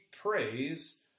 praise